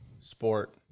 sport